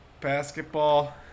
Basketball